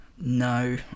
No